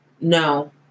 No